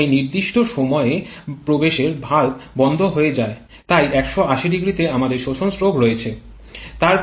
এবং এই নির্দিষ্ট সময়ে প্রবেশের ভালভ বন্ধ হয়ে যায় তাই ১৮০0 তে আমাদের শোষণ স্ট্রোক রয়েছে